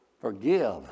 forgive